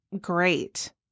great